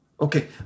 Okay